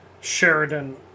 Sheridan